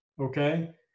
Okay